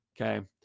Okay